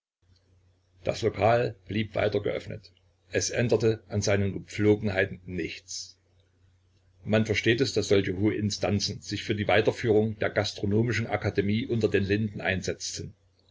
das lokal blieb weiter geöffnet es änderte an seinen gepflogenheiten nichts man versteht es daß so hohe instanzen sich für die weiterführung der gastronomischen akademie unter den linden einsetzten